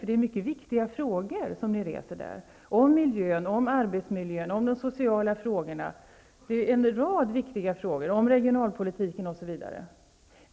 Det är mycket viktiga frågor som ni reser, om miljön, om arbetsmiljön, de sociala frågorna, regionalpolitiken osv.